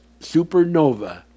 supernova